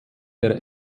der